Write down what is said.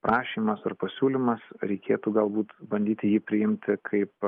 prašymas ar pasiūlymas reikėtų galbūt bandyti jį priimti kaip